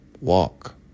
walk